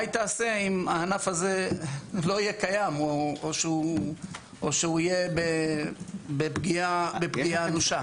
מה היא תעשה אם הענף הזה לא יהיה קיים או שהוא יהיה בפגיעה אנושה?